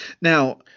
now